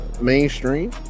mainstream